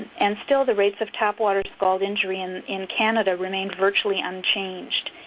and still the rates of tap water scald injury in in canada remained virtually unchanged.